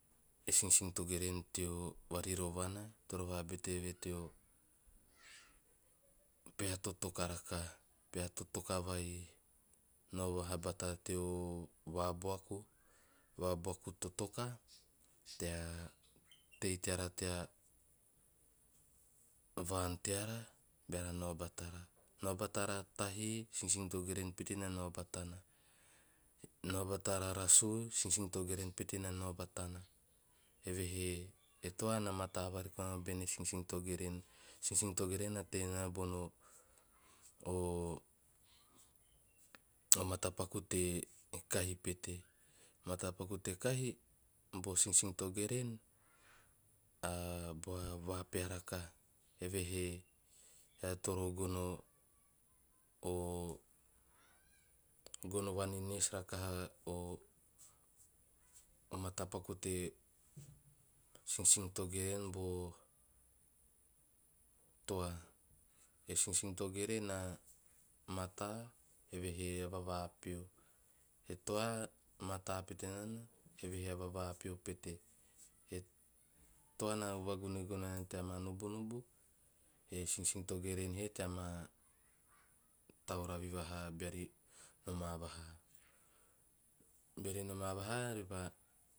E sinsin togeren teo varirovana toro vakete eve teo peha totoka rakaha. Peha totoka vai nao vaha bata teo vaabuaku, vaabuaku totoka tea tei teara tea vaan teara beara nao batara. Nao batara tahii sinsin togeren pete na nao batana. Nao batara raasu e sinsin togeren pte na nao batana. Eve e toa na mataa vareko nana bene sinsin togeren. Sinsin togeren na ti nana bono o a mata paku te kahi pete. Matapaku te kahi po sinsin togeren a bua vaa- vaa peha rakaha, evehe ea toro gono o, gono vanenes rakaha a matapaku te sinsin togeren boo toa. E sinsin togeren he teama tauravi vaha beori noma vaha. Beori noma vaha repaa